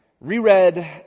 reread